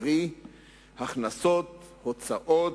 קרי הכנסות, הוצאות,